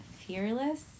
fearless